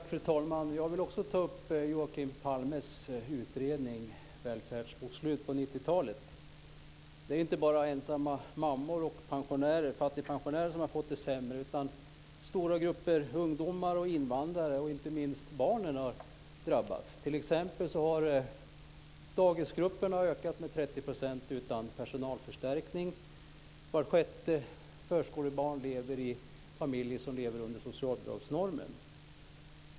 Fru talman! Jag vill också ta upp Joakim Palmes utredning när det gäller välfärdsbokslutet över 90 Det är ju inte bara ensamma mammor och fattigpensionärer som har fått det sämre. Stora grupper ungdomar och invandrare och inte minst barnen har drabbats. T.ex. har dagisgruppernas storlek ökat med 30 % utan någon personalförstärkning. Vart sjätte förskolebarn finns i familjer som lever under socialbidragsnormen.